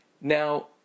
now